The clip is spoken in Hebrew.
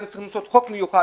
היינו צריכים לעשות חוק מיוחד,